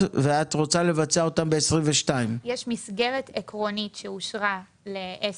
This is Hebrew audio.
עכשיו נחזור לשאלה הרצינית,